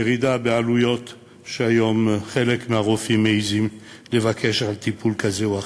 ירידה בעלויות שהיום חלק מהרופאים מעזים לבקש על טיפול כזה או אחר.